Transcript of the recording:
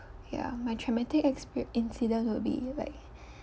ya my traumatic exper~ incident would be like